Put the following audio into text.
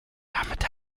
damit